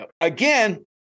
Again